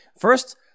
First